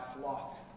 flock